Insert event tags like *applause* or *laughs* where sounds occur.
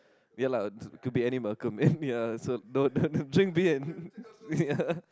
ya lah to be any Malcolm and ya so *laughs* no no drink beer and